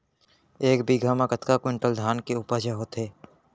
एक बीघा म कतका क्विंटल धान के उपज ह होथे?